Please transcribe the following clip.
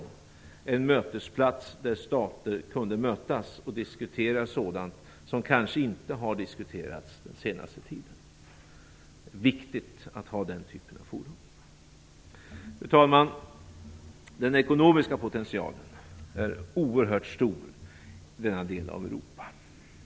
Det var en mötesplats där stater kunde mötas och diskutera sådant som kanske inte har diskuterats den senaste tiden. Det är viktigt att ha den typen av forum. Fru talman! Den ekonomiska potentialen är oerhört stor i denna del av Europa.